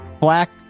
Black